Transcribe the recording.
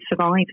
survive